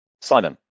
Simon